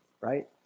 right